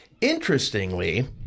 Interestingly